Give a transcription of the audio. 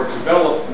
develop